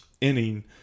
inning